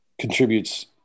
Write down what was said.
contributes